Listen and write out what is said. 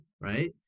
right